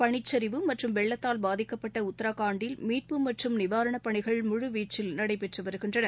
பனிச்சரிவு மற்றும் வெள்ளத்தால் பாதிக்கப்பட்ட உத்ராகண்ட்டில் மீட்பு மற்றும் நிவாரணப் பணிகள் முழுவீச்சில் நடைபெற்று வருகின்றன